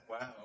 Wow